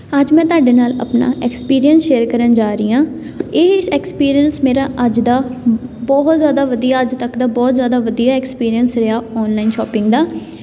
ਅੱਜ ਮੈਂ ਤੁਹਾਡੇ ਨਾਲ ਆਪਣਾ ਐਕਸਪੀਰੀਅੰਸ ਸ਼ੇਅਰ ਕਰਨ ਜਾ ਰਹੀ ਹਾਂ ਇਹ ਐਕਸਪੀਰੀਅੰਸ ਮੇਰਾ ਅੱਜ ਦਾ ਬਹੁਤ ਜ਼ਿਆਦਾ ਵਧੀਆ ਅੱਜ ਤੱਕ ਦਾ ਬਹੁਤ ਜ਼ਿਆਦਾ ਵਧੀਆ ਐਕਸਪੀਰੀਅੰਸ ਰਿਹਾ ਔਨਲਾਈਨ ਸ਼ੋਪਿੰਗ ਦਾ